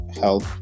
help